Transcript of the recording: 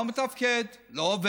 לא, לא.